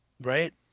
Right